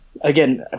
Again